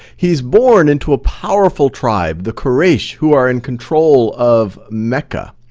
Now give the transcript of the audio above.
he's born into a powerful tribe, the quraysh, who are in control of mecca.